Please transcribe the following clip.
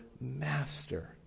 master